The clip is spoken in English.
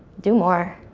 do more